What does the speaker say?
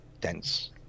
dense